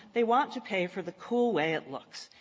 they want to pay for the cool way it looks.